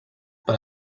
per